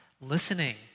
Listening